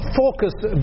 focused